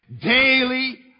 daily